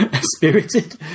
spirited